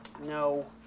No